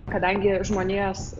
kadangi žmonijos